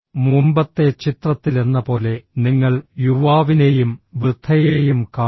മുമ്പത്തെ ചിത്രത്തിലെന്നപോലെ നിങ്ങൾ യുവാവിനെയും വൃദ്ധയെയും കാണുന്നു